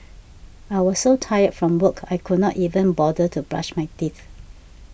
I was so tired from work I could not even bother to brush my teeth